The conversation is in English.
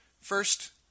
First